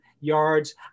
yards